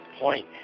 point